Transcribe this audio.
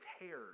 tears